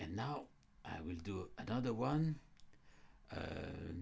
and now i will do another one